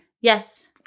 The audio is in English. Yes